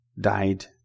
died